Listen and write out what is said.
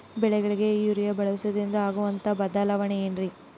ಬೆಳೆಗಳಿಗೆ ಯೂರಿಯಾ ಬಳಸುವುದರಿಂದ ಆಗುವಂತಹ ಬದಲಾವಣೆ ಏನ್ರಿ?